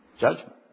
judgment